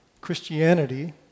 Christianity